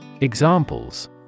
Examples